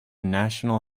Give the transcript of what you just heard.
national